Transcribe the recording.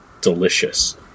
delicious